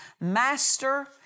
master